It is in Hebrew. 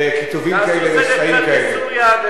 מדינת ישראל,